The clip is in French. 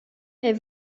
est